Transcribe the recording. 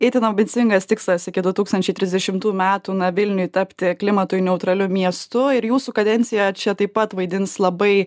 itin ambicingas tikslas iki du tūkstančiai trisdešimtų metų na vilniui tapti klimatui neutraliu miestu ir jūsų kadencija čia taip pat vaidins labai